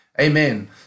Amen